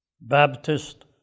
Baptist